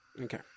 Okay